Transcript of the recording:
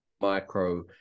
micro